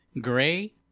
gray